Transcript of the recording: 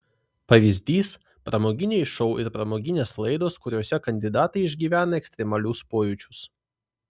pavyzdys pramoginiai šou ir pramoginės laidos kuriose kandidatai išgyvena ekstremalius pojūčius